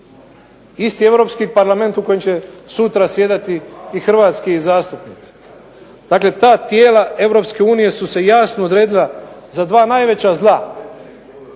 Isti Europski Parlament u kojem će sutra sjedati i hrvatski zastupnici. Dakle ta tijela Europske unije su se jasno odredila za 2 najveća zla